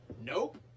nope